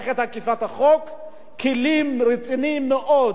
כלים רציניים מאוד שמתמודדים עם הבעיה,